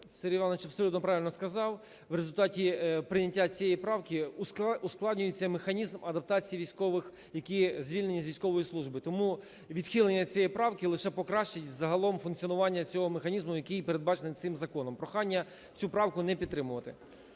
Сергій Іванович, абсолютно правильно сказав. В результаті прийняття цієї правки ускладнюється механізм адаптації військових, які звільнені з військової служби. Тому відхилення цієї правки лише покращить загалом функціонування цього механізму, який і передбачений цим законом. Прохання цю правку не підтримувати.